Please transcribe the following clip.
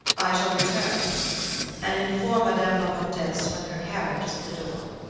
i shall return and inform madame la comtesse when her carriage is at the door